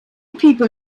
people